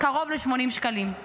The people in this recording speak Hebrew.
קרוב ל-80 שקלים.